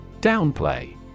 Downplay